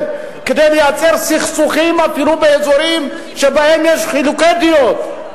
כדי לייצר סכסוכים אפילו באזורים שבהם יש חילוקי דעות,